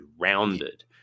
rounded